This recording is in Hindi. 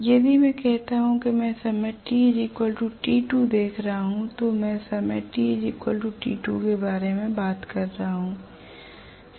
यदि मैं कहता हूं कि मैं समय t t2देख रहा हूं तो मैं समय t t2के बारे में बात कर रहा हूं